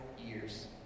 years